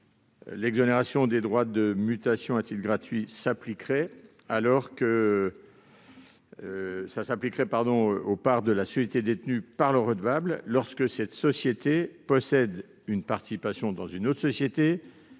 L'exonération des droits de mutation à titre gratuit s'appliquerait aux parts de la société détenues par le redevable lorsque cette société possède une participation dans une autre société